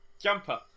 Jumper